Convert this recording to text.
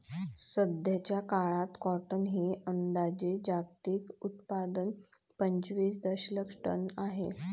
सध्याचा काळात कॉटन हे अंदाजे जागतिक उत्पादन पंचवीस दशलक्ष टन आहे